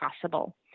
possible